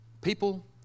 People